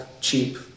cheap